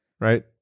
right